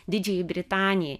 didžiajai britanijai